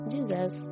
Jesus